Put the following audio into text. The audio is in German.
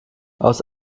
aus